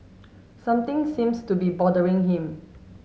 something seems to be bothering him